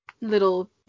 little